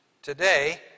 Today